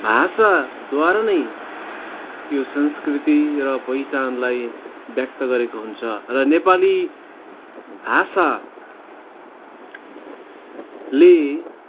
भाषाद्वारा नै त्यो संस्कृति र पहिचानलाई व्यक्त गरेको हुन्छ र नेपाली भाषाले